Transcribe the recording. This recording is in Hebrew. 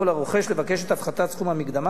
או לרוכש לבקש את הפחתת סכום המקדמה,